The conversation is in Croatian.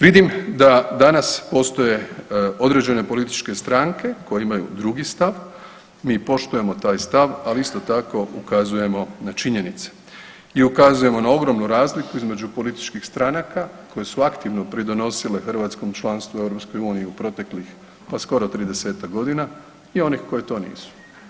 Vidim da danas postoje određene političke stranke koje imaju drugi stav, mi poštujemo taj stav, ali isto tako ukazujemo na činjenice i ukazujemo na ogromnu razliku između političkih stranaka koje su aktivno pridonosile hrvatskom članstvu u EU u proteklih pa skoro 30-ak godina i onih koji to nisu.